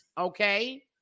okay